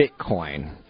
Bitcoin